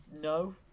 no